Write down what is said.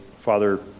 Father